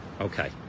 Okay